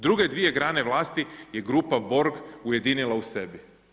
Druge dvije grane vlasti je grupa Borg ujedinila u sebi.